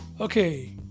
Okay